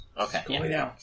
Okay